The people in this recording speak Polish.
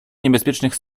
niebezpiecznych